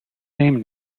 same